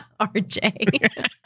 RJ